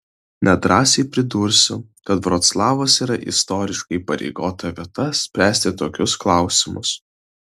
nedrąsiai pridursiu kad vroclavas yra istoriškai įpareigota vieta spręsti tokius klausimus